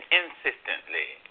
insistently